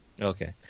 Okay